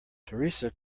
theresa